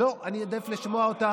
לא, אני אעדיף לשמוע אותה